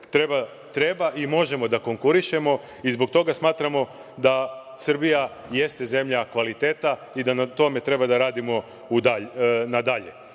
treba i možemo da konkurišemo i zbog toga smatramo da Srbija jeste zemlja kvaliteta i da na tome treba da radimo nadalje. Kada